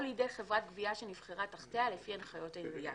לידי חברת גבייה שנבחרה תחתיה לפי הנחיות העירייה'.